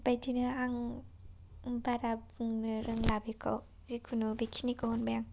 बेबायदिनो आं बारा बुंनो रोंला बेखौ जेखुनु बेखिनिखौ होनबाय आं